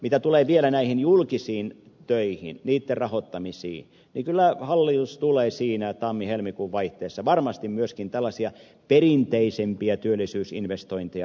mitä tulee vielä näihin julkisiin töihin niitten rahoittamisiin niin kyllä hallitus tulee siinä tammihelmikuun vaihteessa varmasti rahoittamaan myöskin tällaisia perinteisempiä työllisyysinvestointeja